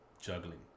Juggling